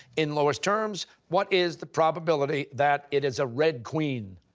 in lowest terms, what is the probability that it is a red queen?